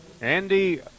Andy